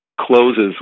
closes